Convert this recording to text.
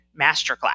masterclass